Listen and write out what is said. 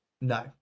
No